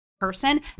person